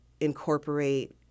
incorporate